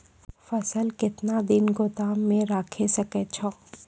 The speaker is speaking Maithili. फसल केतना दिन गोदाम मे राखै सकै छौ?